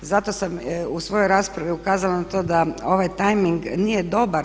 Zato sam u svojoj raspravi ukazala na to da ovaj tajming nije dobar.